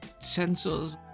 sensors